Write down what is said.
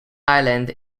island